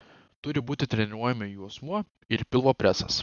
turi būti treniruojami juosmuo ir pilvo presas